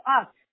up